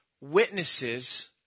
witnesses